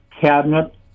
cabinet